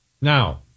now